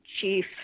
chief